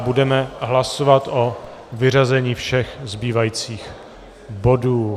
Budeme hlasovat o vyřazení všech zbývajících bodů.